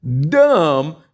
dumb